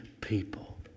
people